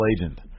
agent